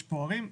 יש ערים,